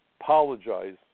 Apologize